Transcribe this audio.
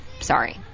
sorry